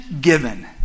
given